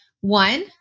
One